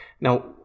Now